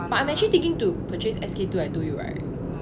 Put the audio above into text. but I'm actually thinking to purchase SK-II I told you right